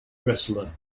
wrestler